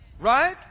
Right